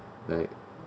like